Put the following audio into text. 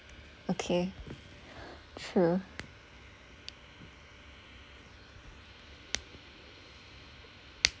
okay true